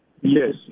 Yes